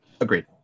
Agreed